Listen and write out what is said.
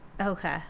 Okay